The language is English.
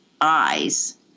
eyes